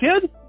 kid